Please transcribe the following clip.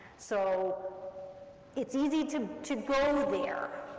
so it's easy to to go there,